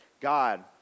God